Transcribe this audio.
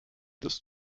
des